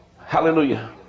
Hallelujah